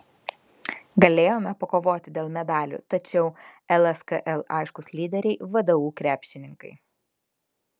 galėjome pakovoti dėl medalių tačiau lskl aiškūs lyderiai vdu krepšininkai